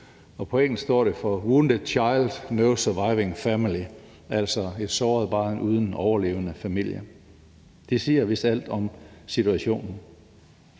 på engelsk står for wounded child, no surviving family – oversat til dansk: et såret barn uden overlevende familie. Det siger vist alt om situationen.